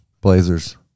Blazers